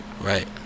right